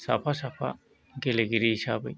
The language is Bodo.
साफा साफा गेलेगिरि हिसाबै